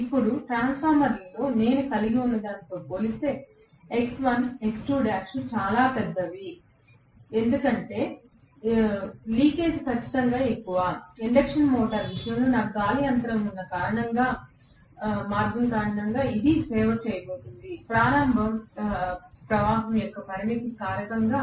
ఇప్పుడు ట్రాన్స్ఫార్మర్లో నేను కలిగి ఉన్నదానితో పోలిస్తే X1 మరియు X2' చాలా పెద్దవి ఎందుకంటే లీకేజీ ఖచ్చితంగా ఎక్కువ ఇండక్షన్ మోటారు విషయంలో నాకు గాలి అంతరం ఉన్న మార్గం కారణంగా కాబట్టి ఇది సేవ చేయబోతోంది ప్రారంభ ప్రవాహం యొక్క పరిమితి కారకంగా